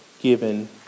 given